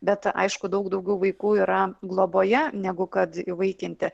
bet aišku daug daugiau vaikų yra globoje negu kad įvaikinti